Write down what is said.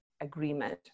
agreement